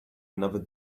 another